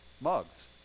mugs